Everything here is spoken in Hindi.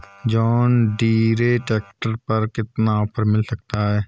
जॉन डीरे ट्रैक्टर पर कितना ऑफर मिल सकता है?